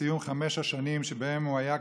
לסיום חמש השנים שבהן הוא היה כפוף,